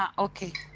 um okay.